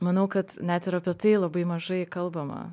manau kad net ir apie tai labai mažai kalbama